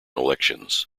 elections